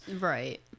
Right